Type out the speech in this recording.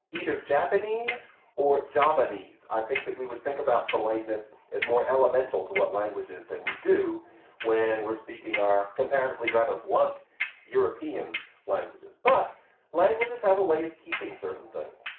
either japanese or javanese, i think that we would think about politeness as more elemental to what languages than we do when we're speaking our comparatively rather blunt european languages. but languages have a way of keeping certain things.